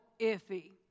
iffy